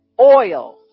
oil